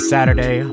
Saturday